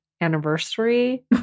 anniversary